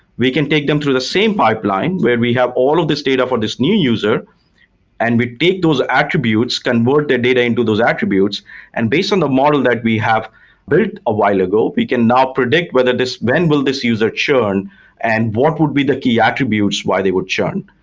we can take them through the same pipeline where we have all of this data for this new user and we take those attributes, can work the data into those attributes and based on the model that we have built a while ago, we can now predict whether when will this user churn and what would be the key attributes why they would churn?